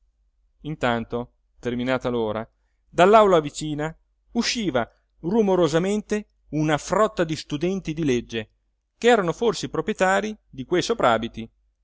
intanto terminata l'ora dall'aula vicina usciva rumorosamente una frotta di studenti di legge ch'erano forse i proprietarii di quei soprabiti subito